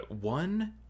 one